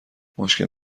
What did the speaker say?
مشکل